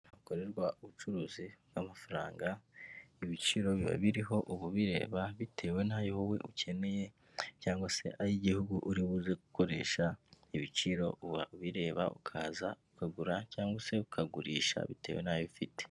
Ahakorerwa ubucuruzi bw'amafaranga, ibiciro biba biriho uba ubireba bitewe n'ayo wowe ukeneye, cyangwa se ay'igihugu uri buze gukoresha, ibiciro ubireba ukaza ukagura cyangwa se ukagurisha bitewe n'ayo ufite.